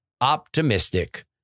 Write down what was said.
optimistic